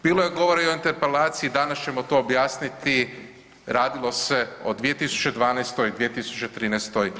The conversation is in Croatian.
Bilo je govora i o interpelaciji, danas ćemo to objasniti radilo se o 2012., 2013.